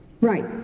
Right